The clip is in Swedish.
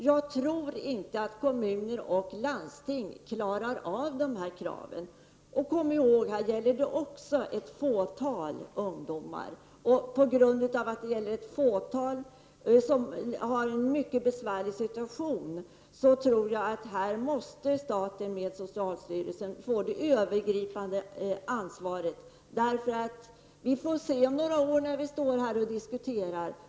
Jag tror inte att kommuner och landsting klarar dessa krav. Kom ihåg att det här gäller ett fåtal ungdomar. På grund av att det gäller några få, som befinner sig i en mycket besvärlig situation, tror jag att staten genom socialstyrelsen måste få det övergripande ansvaret. Vi får se hur det har blivit när vi återigen diskuterar dessa frågor om några år.